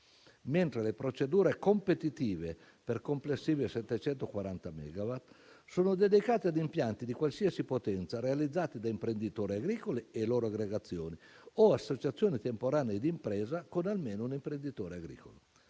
mentre le procedure competitive, per complessivi 740 megawatt, sono dedicate ad impianti di qualsiasi potenza realizzati da imprenditori agricoli e loro aggregazioni o associazioni temporanee di impresa con almeno un imprenditore agricolo.